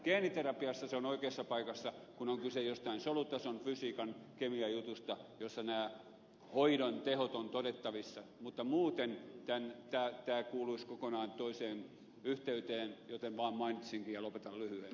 geeniterapiassa se on oikeassa paikassa kun on kyse jostain solutason fysiikan kemian jutusta jossa nämä hoidon tehot ovat todettavissa mutta muuten tämä kuuluisi kokonaan toiseen yhteyteen joten vaan mainitsinkin sen ja lopetan lyhyeen